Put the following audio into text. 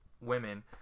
women